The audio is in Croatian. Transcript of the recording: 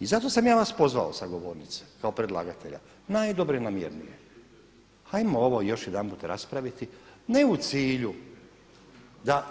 I zato sam ja vas pozvao sa govornice kao predlagatelja najdobronamjernije ajmo ovo još jedanput raspraviti ne u cilju da